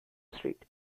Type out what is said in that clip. street